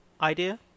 idea